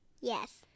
Yes